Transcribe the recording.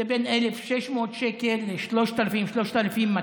זה בין 1,600 שקל ל3,200-3,000,